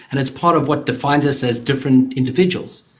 and it's part of what defines us as different individuals.